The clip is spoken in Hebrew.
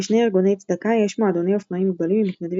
לשני ארגוני צדקה יש מועדוני אופנועים גדולים עם מתנדבים